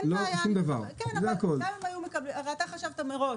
אתה חשבת מראש